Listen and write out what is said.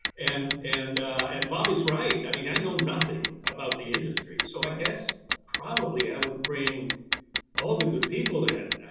and and and bob is right, i mean, i know nothing about the industry. so i guess probably i would bring all the good people in,